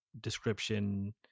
description